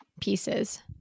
pieces